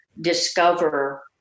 discover